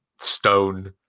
stone